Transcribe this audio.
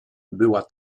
była